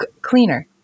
cleaner